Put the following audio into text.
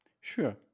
Sure